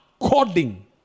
according